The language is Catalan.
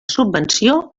subvenció